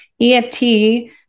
EFT